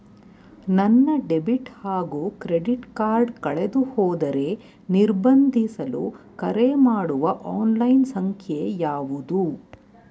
ನನ್ನ ಡೆಬಿಟ್ ಹಾಗೂ credit card ಕಳೆದುಹೋದರೆ ನಿರ್ಬಂಧಿಸಲು ಕರೆಮಾಡುವ ಆನ್ಲೈನ್ ಸಂಖ್ಯೆಯಾವುದು?